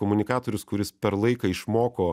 komunikatorius kuris per laiką išmoko